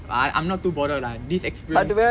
I I'm not too bothered lah this experience